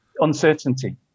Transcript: Uncertainty